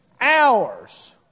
hours